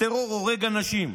הטרור הורג אנשים.